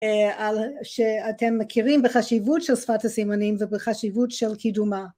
שאתם מכירים בחשיבות של שפת הסימנים ובחשיבות של קידומה